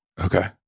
Okay